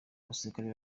abasirikare